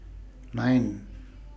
nine